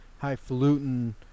highfalutin